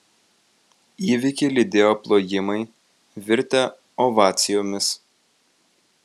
įvykį lydėjo plojimai virtę ovacijomis